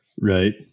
Right